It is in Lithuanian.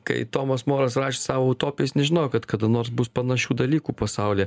kai tomas moras rašė savo utopiją jis nežinojo kad kada nors bus panašių dalykų pasaulyje